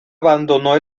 abandonó